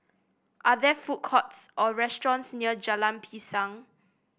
are there food courts or restaurants near Jalan Pisang